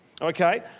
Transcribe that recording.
okay